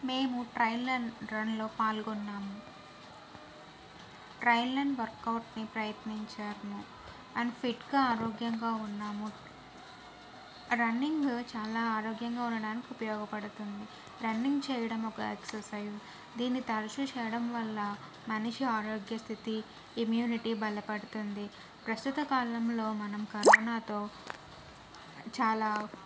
మేము train line రన్లో పాల్గొన్నాము ట్రైన్ లైన్ వర్క్అవుట్ని ప్రయత్నించాము అండ్ ఫిట్గా ఆరోగ్యంగా ఉన్నాము రన్నింగ్ చాలా ఆరోగ్యంగా ఉండడానికి ఉపయోగపడుతుంది రన్నింగ్ చేయడం ఒక ఎక్సర్సైజ్ దీన్ని తరచూ చేయడం వల్ల మనిషి ఆరోగ్య స్థితి ఇమ్యూనిటీ బలపడుతుంది ప్రస్తుత కాలంలో మనం కరోనాతో చాలా